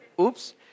Oops